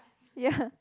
ya